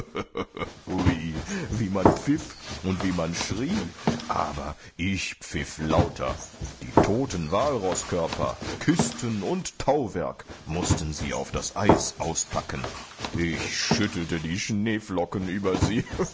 wie man pfiff und wie man schrie aber ich pfiff lauter die toten walroßkörper kisten und tauwerk mußten sie auf das eis auspacken ich schüttelte die schneeflocken über sie